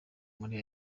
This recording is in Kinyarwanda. muri